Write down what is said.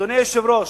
אדוני היושב-ראש,